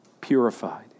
purified